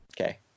okay